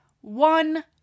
one